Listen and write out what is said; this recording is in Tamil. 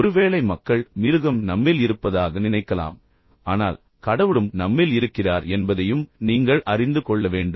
ஒருவேளை மக்கள் மிருகம் நம்மில் இருப்பதாக நினைக்கலாம் ஆனால் கடவுளும் நம்மில் இருக்கிறார் என்பதையும் நீங்கள் அறிந்து கொள்ள வேண்டும்